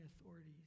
authorities